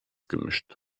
gemischt